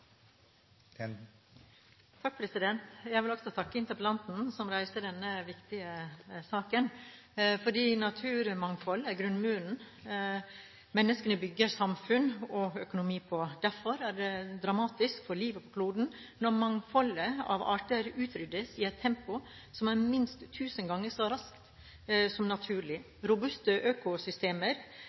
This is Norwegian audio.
menneskene bygger samfunn og økonomi på. Derfor er det dramatisk for livet på kloden når mangfoldet av arter utryddes i et tempo som er minst tusen ganger så raskt som det som er naturlig. Robuste økosystemer,